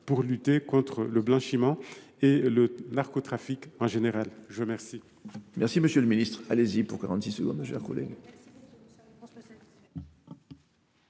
pour lutter contre le blanchiment et le narcotrafic en général. Nous en